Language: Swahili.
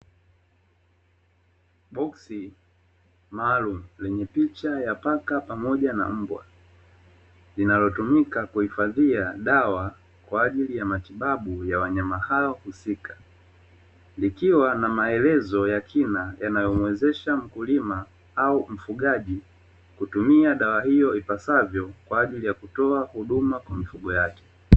Boksi maalumu lenye picha ya paka pamoja na mbwa, linalotumika kuhifadhia dawa kwa ajili ya matibabu ya wanyama hao husika, likiwa na maelezo ya kina yanayomuwezesha mkulima au mfugaji kutumia dawa hiyo ipasavyo, kwa ajili ya kutoa huduma kwa mifugo yake.